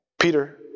Peter